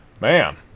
Man